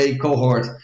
cohort